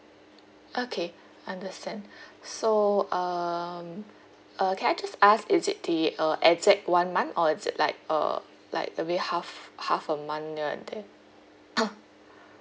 okay understand so um uh can I just ask is it the uh exact one month or is it like a like a bit half half a month near at there